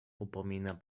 upomina